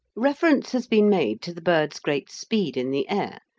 reference has been made to the bird's great speed in the air,